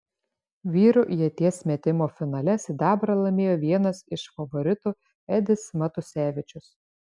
vyrų ieties metimo finale sidabrą laimėjo vienas iš favoritų edis matusevičius